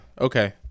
Okay